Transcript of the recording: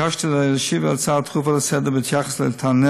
נתבקשתי להשיב להצעה דחופה לסדר-היום בהתייחס לטענה